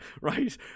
right